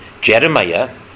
Jeremiah